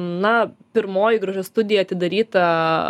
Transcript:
na pirmoji grožio studija atidaryta